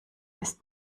ist